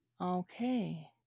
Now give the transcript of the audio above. Okay